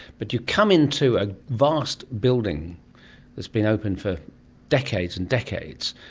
but you come into a vast building that's been open for decades and decades,